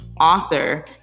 author